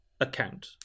account